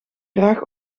graag